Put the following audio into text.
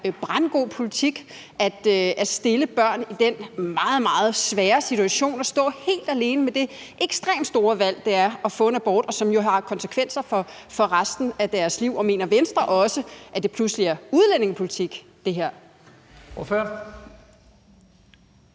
brandgod politik at stille børn i den meget, meget svære situation at stå helt alene med det ekstremt store valg, som det er at få en abort, og som jo har konsekvenser for resten af deres liv? Og mener Venstre også, at det her pludselig er udlændingepolitik? Kl. 11:32 Første